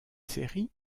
série